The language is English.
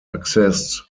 accessed